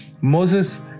Moses